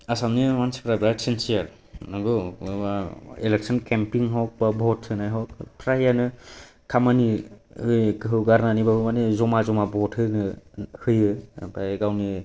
आसामनि मानसिफोरा बिरात सिनसियार नंगौ बबेबा इलेकसन केम्पिं हक बा भट होनाय हक फ्रायआनो खामानि गारनानैबाबो ओइ जमा जमा भट होनो होयो ओमफ्राय गावनि